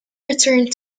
returned